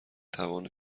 توان